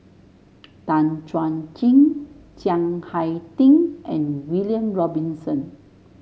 Tan Chuan Jin Chiang Hai Ding and William Robinson